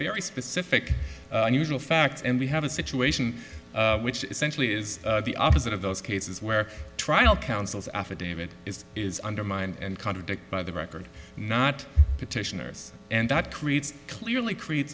very specific unusual facts and we have a situation which essentially is the opposite of those cases where trial counsels affidavit is is undermined and contradict by the record not petitioners and that creates clearly creates